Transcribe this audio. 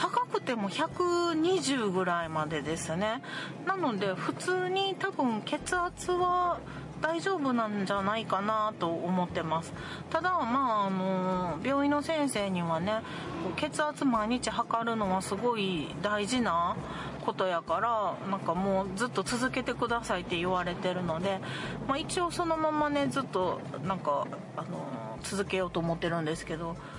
高くても120ぐらいまでですね。なので普通に多分血圧は大丈夫なんじゃないかなと思ってます。ただ、まあ、あの、病院の先生にはね、こう血圧毎日測るのはすごい大事なことやから、なんかもうずっと続けてくださいって言われてるので、まあ一応そのままね、ずっとなんか、あの、続けようと思ってるんですけど、